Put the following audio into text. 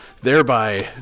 thereby